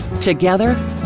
Together